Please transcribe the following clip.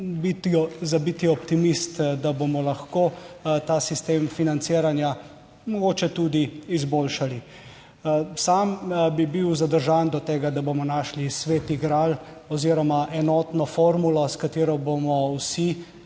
za, biti optimist, da bomo lahko ta sistem financiranja mogoče tudi izboljšali. Sam bi bil zadržan do tega, da bomo našli svet gral oziroma enotno formulo, s katero bomo vsi